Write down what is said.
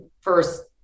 first